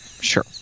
sure